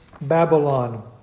Babylon